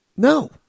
No